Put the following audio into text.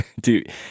dude